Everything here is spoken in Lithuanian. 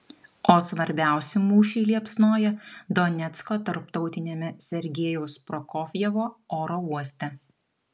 o svarbiausi mūšiai liepsnoja donecko tarptautiniame sergejaus prokofjevo oro uoste